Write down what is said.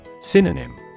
Synonym